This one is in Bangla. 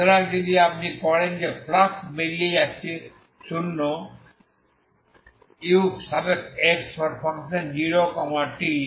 সুতরাং যদি আপনি করেন যে ফ্লাক্স বেরিয়ে যাচ্ছে শূন্য ux0t0